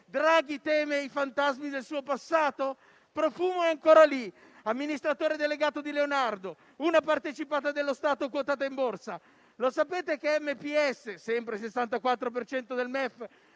Draghi teme i fantasmi del suo passato? Profumo è ancora lì, amministratore delegato di Leonardo, una partecipata dello Stato quotata in Borsa. Lo sapete che MPS (sempre del MEF